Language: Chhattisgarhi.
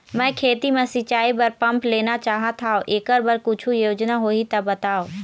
मैं खेती म सिचाई बर पंप लेना चाहत हाव, एकर बर कुछू योजना होही त बताव?